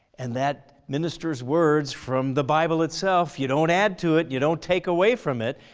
and that minister's words from the bible itself, you don't add to it you don't take away from it,